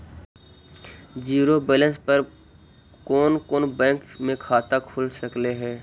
Zero balance पर कोन कोन बैंक में खाता खुल सकले हे?